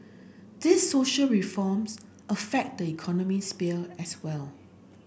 these social reforms affect the economic sphere as well